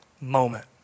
moment